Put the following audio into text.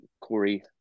Corey